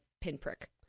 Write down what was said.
pinprick